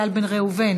חבר הכנסת איל בן ראובן,